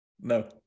No